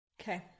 Okay